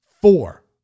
Four